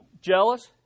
jealous